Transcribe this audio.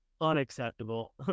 unacceptable